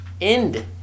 end